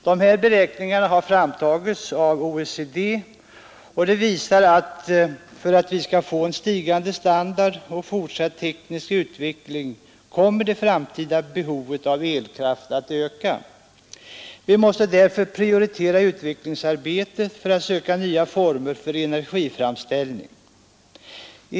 Dessa beräkningar, som framlagts av OECD, visar att en följd av stigande standard och fortsatt teknisk utveckling är att det framtida behovt av elkraft ökar. Vi måste därför prioritera utvecklingsarbetet för att söka nya former för energiframställning.